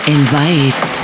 invites